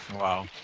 Wow